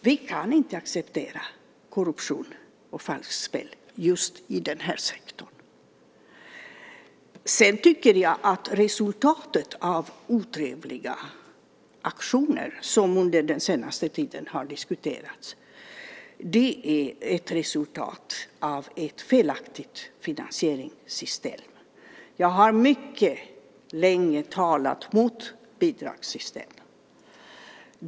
Vi kan inte acceptera korruption och falskspel just i denna sektor. Sedan tycker jag att resultatet av otrevliga aktioner som under den senaste tiden har diskuterats är ett resultat av ett felaktigt finansieringssystem. Jag har mycket länge talat mot bidragssystem.